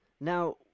now